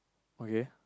okay